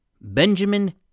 Benjamin